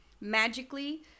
Magically